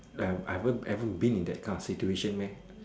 I I haven't I haven't been in that kind of situation meh